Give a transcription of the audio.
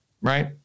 Right